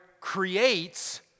creates